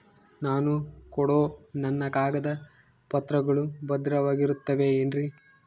ನಾನು ಕೊಡೋ ನನ್ನ ಕಾಗದ ಪತ್ರಗಳು ಭದ್ರವಾಗಿರುತ್ತವೆ ಏನ್ರಿ?